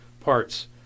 parts